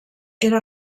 era